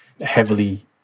heavily